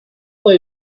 fue